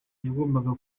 yagombaga